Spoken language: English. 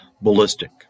ballistic